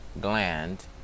gland